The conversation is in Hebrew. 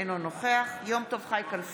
אינו נוכח מאיר כהן, אינו נוכח יום טוב חי כלפון,